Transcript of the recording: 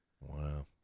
Wow